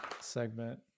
segment